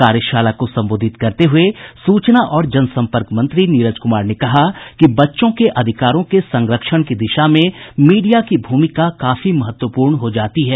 कार्यशाला को संबोधित करते हुए सूचना और जनसंपर्क मंत्री नीरज कुमार ने कहा कि बच्चों के अधिकारों के संरक्षण की दिशा में मीडिया की भूमिका काफी महत्वपूर्ण हो जाती है